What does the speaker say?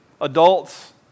adults